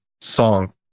song